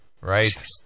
Right